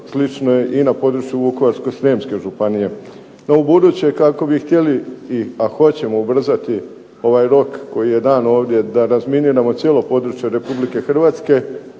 slično je i na području Vukovarsko-srijemske županije. No ubuduće kako bi htjeli i a hoćemo ubrzati ovaj rok koji je dan ovdje da razminiramo cijelo područje Republike Hrvatske,